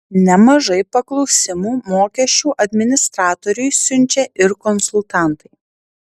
nemažai paklausimų mokesčių administratoriui siunčia ir konsultantai